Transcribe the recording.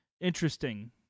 interesting